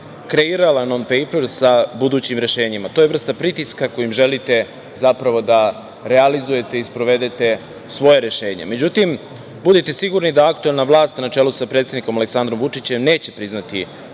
kreirala „non pejper“ sa budućim rešenjima. To je vrsta pritiska kojim želite zapravo da realizujete i sprovedete svoje rešenje.Međutim, budite sigurni da aktuelna vlast na čelu sa predsednikom Aleksandrom Vučićem, neće priznati